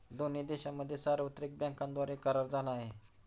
दोन्ही देशांमध्ये सार्वत्रिक बँकांद्वारे करार झाला आहे